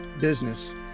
business